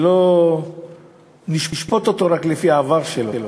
שלא נשפוט אותו רק לפי העבר שלו,